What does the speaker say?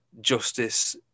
justice